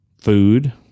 food